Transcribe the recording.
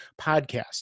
podcast